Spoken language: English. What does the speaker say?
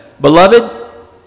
Beloved